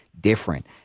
different